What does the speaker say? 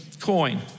coin